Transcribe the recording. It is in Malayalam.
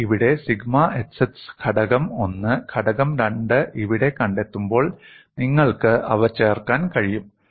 ഞാൻ ഇവിടെ സിഗ്മ xx ഘടകം 1 ഘടകം 2 ഇവിടെ കണ്ടെത്തുമ്പോൾ നിങ്ങൾക്ക് അവ ചേർക്കാൻ കഴിയും